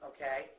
Okay